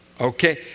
Okay